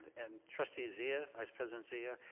and trustee zia, vice president zia,